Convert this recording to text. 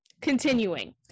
continuing